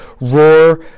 roar